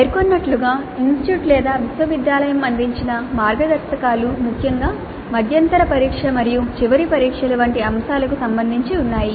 పేర్కొన్నట్లుగా ఇన్స్టిట్యూట్ లేదా విశ్వవిద్యాలయం అందించిన మార్గదర్శకాలు ముఖ్యంగా మధ్యంతర పరీక్ష మరియు చివరి పరీక్షలు వంటి అంశాలకు సంబంధించి ఉన్నాయి